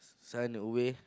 son away